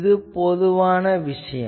இது ஒரு பொதுவான விஷயம்